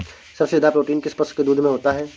सबसे ज्यादा प्रोटीन किस पशु के दूध में होता है?